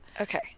Okay